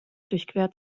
durchquert